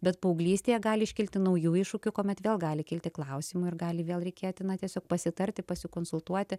bet paauglystėje gali iškilti naujų iššūkių kuomet vėl gali kilti klausimų ir gali vėl reikėti na tiesiog pasitarti pasikonsultuoti